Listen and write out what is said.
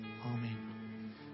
Amen